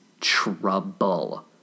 trouble